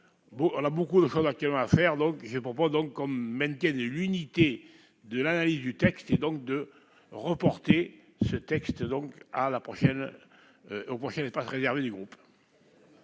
bon, on a beaucoup de salles actuellement à faire, donc je propose donc qu'on maintienne de l'unité de l'analyse du texte et donc de remporter ce texte donc à la prochaine au prochain espace réservé du groupe.